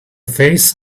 face